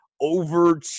over